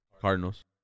Cardinals